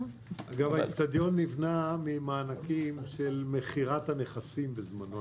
גם האצטדיון נקנה ממענקים של מכירת הנכסים בזמנו.